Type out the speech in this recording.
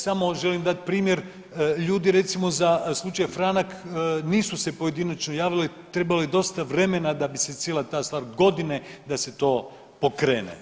Samo želim dati primjer, ljudi recimo za slučaj Franak nisu se pojedinačno javili, trebalo je dosta vremena da bi se cijela ta stvar, godine da se to pokrene.